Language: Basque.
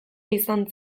izan